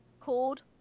Called